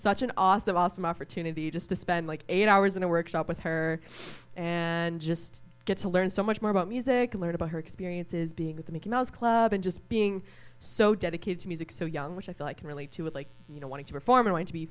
such an awesome awesome opportunity just to spend like eight hours in a workshop with her and just get to learn so much more about music and learn about her experiences being with the mickey mouse club and just being so dedicated to music so young which i feel i can relate to it like you know wanting to perform are going to be